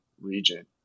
region